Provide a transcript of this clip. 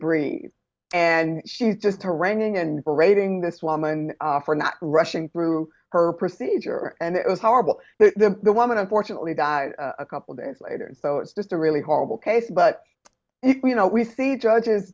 breathe and she's just haranguing and parading this woman for not rushing through her procedure and it was horrible the the woman unfortunately died a couple days later so it's just a really horrible case but you know we see judge